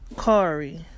Kari